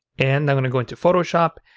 and i'm going to go into photoshop,